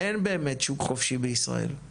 אין באמת שוק חופשי בישראל,